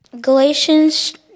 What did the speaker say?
Galatians